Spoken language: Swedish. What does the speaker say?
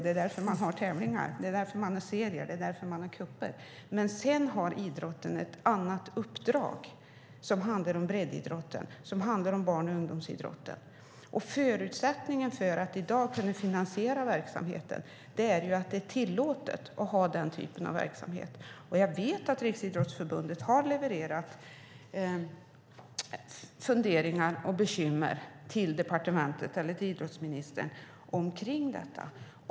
Det är därför man har tävlingar, serier och kupper. Idrotten har dock även ett annat uppdrag. Det handlar om breddidrotten och om barn och ungdomsidrotten. Förutsättningen för att i dag kunna finansiera verksamheten är att det är tillåtet att ha den typen av verksamhet. Jag vet att Riksidrottsförbundet har levererat funderingar och bekymmer till idrottsministern kring detta.